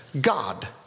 God